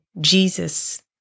Jesus